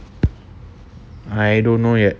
I don't know yet